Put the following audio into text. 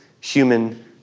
human